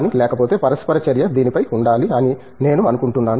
కానీ లేకపోతే పరస్పర చర్య దీనిపై ఉండాలి అని నేను అనుకుంటున్నాను